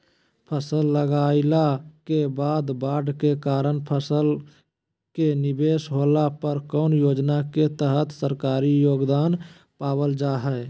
फसल लगाईला के बाद बाढ़ के कारण फसल के निवेस होला पर कौन योजना के तहत सरकारी योगदान पाबल जा हय?